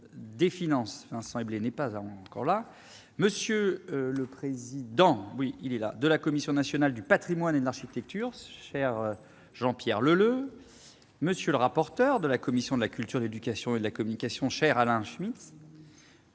de la commission des finances, monsieur le président de la Commission nationale du patrimoine et de l'architecture, cher Jean-Pierre Leleux, monsieur le rapporteur de la commission de la culture, de l'éducation et de la communication, cher Alain Schmitz,